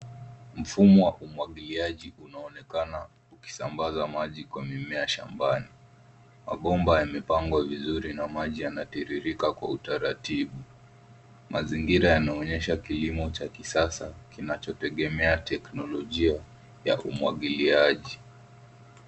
Mfumo wa umwagiliaji unaonekana ukisambaza maji kwa mimea shambani. Mabomba yamepangwa vizuri na maji yanatiririka kwa utaratibu. Mazingira yanaonyesha kilimo cha kisasa kinachotegemea teknolojia ya umwagiliaji.